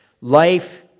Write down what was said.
life